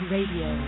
Radio